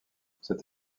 cette